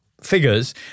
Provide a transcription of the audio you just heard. figures